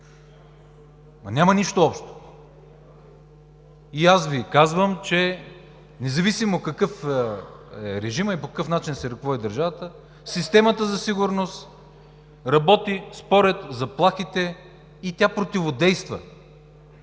Няма нищо общо! И аз Ви казвам, че независимо какъв е режимът и по какъв начин се ръководи държавата, системата за сигурност работи според заплахите и тя противодейства,